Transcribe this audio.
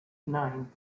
nine